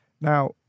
now